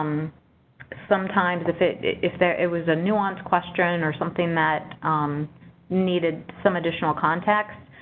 um sometimes if it if there it was a nuisance question or something that needed some additional context,